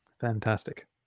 Fantastic